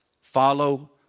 Follow